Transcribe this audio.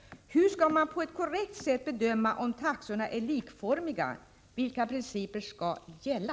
Hur skall man på ett korrekt sätt bedöma om taxorna är likformiga? Vilka principer skall gälla?